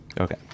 okay